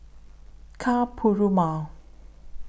Ka Perumal